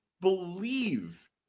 believe